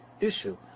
issue